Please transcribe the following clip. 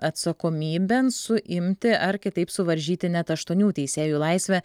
atsakomybėn suimti ar kitaip suvaržyti net aštuonių teisėjų laisvę